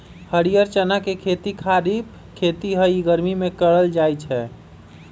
हरीयर चना के खेती खरिफ खेती हइ इ गर्मि में करल जाय छै